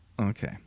Okay